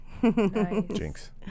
Jinx